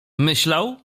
myślał